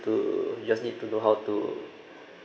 to just need to know how to